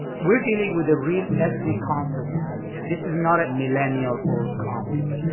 we're dealing with a real ethnic conflict in the region. this is not a millennial-old conflict.